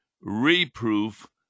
reproof